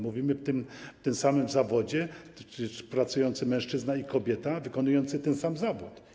Mówimy o tym samym zawodzie - pracujący mężczyzna i kobieta wykonujący ten sam zawód.